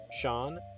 Sean